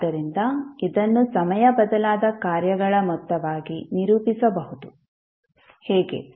ಆದ್ದರಿಂದ ಇದನ್ನು ಸಮಯ ಬದಲಾದ ಕಾರ್ಯಗಳ ಮೊತ್ತವಾಗಿ ನಿರೂಪಿಸಬಹುದು ಹೇಗೆ